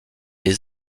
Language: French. les